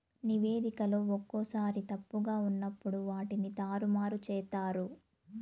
నివేదికలో ఒక్కోసారి తప్పుగా ఉన్నప్పుడు వాటిని తారుమారు చేత్తారు